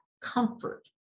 comfort